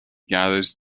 gathers